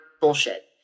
bullshit